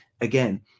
again